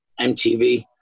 MTV